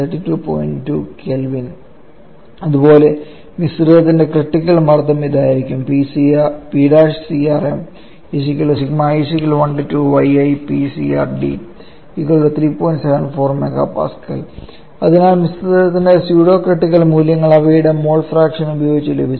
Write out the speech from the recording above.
2 K അതുപോലെ മിശ്രിതത്തിന്റെ critical മർദ്ദം ഇതായിരിക്കും അതിനാൽ മിശ്രിതത്തിന്റെ സ്യൂഡോ ക്രിട്ടിക്കൽ മൂല്യങ്ങൾ അവയുടെ മോൾ ഫ്രാക്ഷൻ ഉപയോഗിച്ച് ലഭിച്ചു